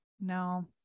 no